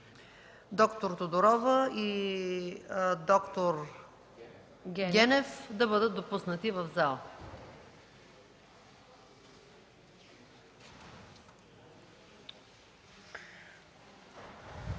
Доктор Тодорова и д-р Генев да бъдат допуснати в залата.